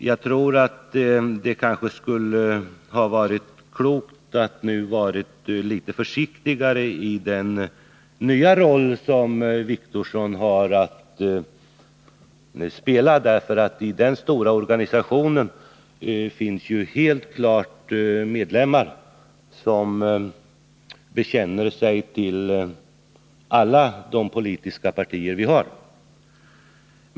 Jag tror att det skulle vara klokt att nu vara litet försiktigare i den nya roll som herr Wictorsson har att spela. I den stora organisationen finns ju medlemmar, vilka bekänner sig till alla de politiska partier vi har.